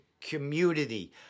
community